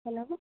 hello